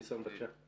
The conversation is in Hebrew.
בבקשה.